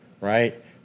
right